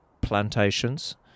plantations